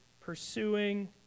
pursuing